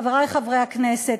חברי חברי הכנסת,